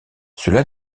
cela